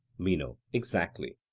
meno exactly.